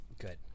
Good